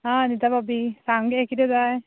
आं अनिता भाबी सांग गे कितें जाय